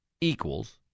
equals